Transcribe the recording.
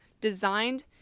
designed